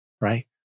Right